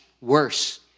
worse